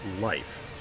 life